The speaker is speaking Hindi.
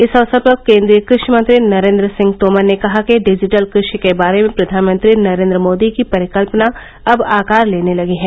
इस अवसर पर केंद्रीय कृषि मंत्री नरेंद्र सिंह तोमर ने कहा कि डिजिटल कृषि के बारे में प्रधानमंत्री नरेंद्र मोदी की परिकत्यना अब आकार लेने लगी है